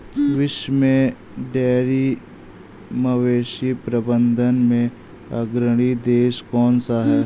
विश्व में डेयरी मवेशी प्रबंधन में अग्रणी देश कौन सा है?